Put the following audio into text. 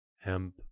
Hemp